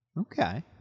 Okay